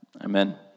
Amen